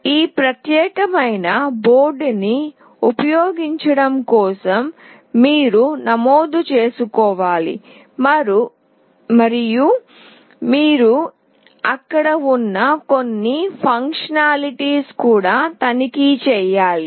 ఈ ప్రత్యేకమైన బోర్డుని ఉపయోగించడం కోసం మీరు నమోదు చేసుకోవాలి మరియు మీరు అక్కడ ఉన్న కొన్ని ఫంక్షనాలిటీస్ కూడా తనిఖీ చేయాలి